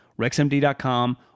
rexmd.com